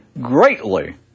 greatly